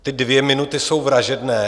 Ty dvě minuty jsou vražedné.